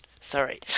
Sorry